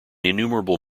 innumerable